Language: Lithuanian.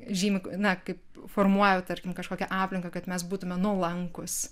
žymi na kaip formuoja tarkim kažkokią aplinką kad mes būtume nuolankūs